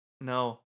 no